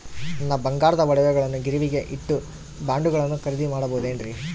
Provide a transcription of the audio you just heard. ನನ್ನ ಬಂಗಾರದ ಒಡವೆಗಳನ್ನ ಗಿರಿವಿಗೆ ಇಟ್ಟು ಬಾಂಡುಗಳನ್ನ ಖರೇದಿ ಮಾಡಬಹುದೇನ್ರಿ?